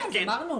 כן.